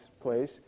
place